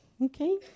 Okay